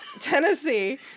Tennessee